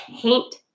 paint